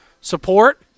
support